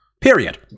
Period